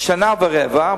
שנה ורבע.